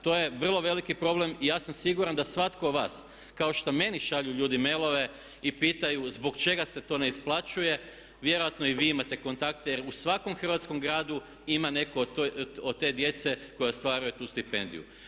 To je vrlo veliki problem i ja sam siguran da svatko od vas kao što meni šalju ljudi mailove i pitaju zbog čega se to ne isplaćuje, vjerojatno i vi imate kontakte jer u svakom Hrvatskom gradu ima od te djece koja stvaraju tu stipendiju.